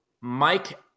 Mike